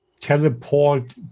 teleport